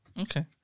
Okay